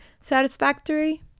satisfactory